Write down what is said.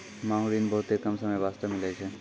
मांग ऋण बहुते कम समय बास्ते मिलै छै